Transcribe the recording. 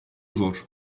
zor